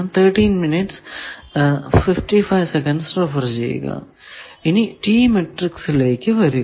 ഇനി T മാട്രിക്സിലേക്കു വരിക